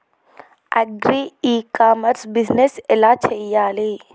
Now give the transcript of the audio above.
Agri e commerce business ఎలా చెయ్యాలి?